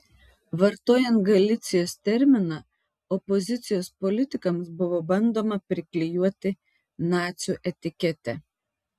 vartojant galicijos terminą opozicijos politikams buvo bandoma priklijuoti nacių etiketę